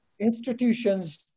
institutions